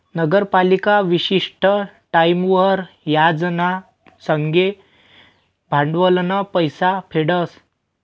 नगरपालिका विशिष्ट टाईमवर याज ना संगे भांडवलनं पैसा फेडस